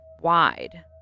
wide